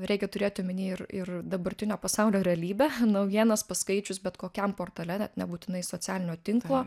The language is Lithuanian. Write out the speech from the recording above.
reikia turėti omeny ir ir dabartinio pasaulio realybę naujienas paskaičius bet kokiam portale ne nebūtinai socialinio tinklo